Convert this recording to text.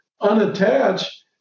unattached